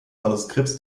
manuskripts